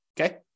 okay